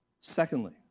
Secondly